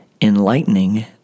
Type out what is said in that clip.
enlightening